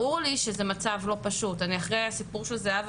ברור לי שזה מצב לא פשוט - אחרי הסיפור של זהבה